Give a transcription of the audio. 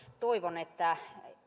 toivon että